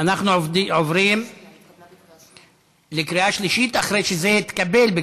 התשע"ח 2018, נתקבל.